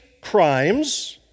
crimes